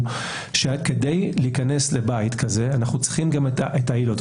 שכדי להיכנס לבית כזה אנחנו צריכים את העילות.